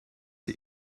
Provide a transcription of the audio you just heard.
sie